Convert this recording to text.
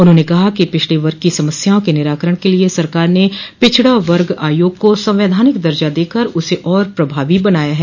उन्होंने कहा कि पिछड़े वर्ग की समस्याओं के निराकरण के लिये सरकार ने पिछड़ा वर्ग आयोग को संवैधानिक दर्जा देकर उसे और प्रभावी बनाया है